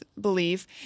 believe